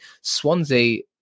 Swansea